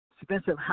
expensive